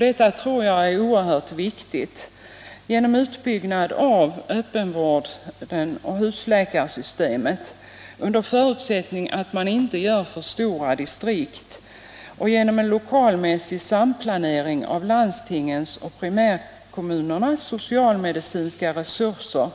Detta tror jag är oerhört viktigt. Genom utbyggnad av öppenvården och husläkarsystemet — här är en förutsättning att man inte gör för stora distrikt — och genom en lokalmässig samplanering av landstingens och primärkommunernas socialmedicinska resurser